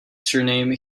surname